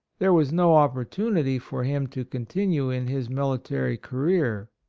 there was no opportunity for him to continue in his military career.